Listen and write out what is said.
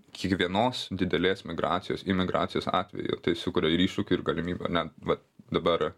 kiekvienos didelės migracijos imigracijos atveju tai sukuria ir iššūkių ir galimybių ane va dabar